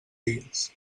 dies